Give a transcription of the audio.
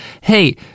hey